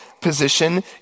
position